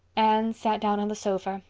anne sat down on the sofa,